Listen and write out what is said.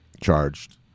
charged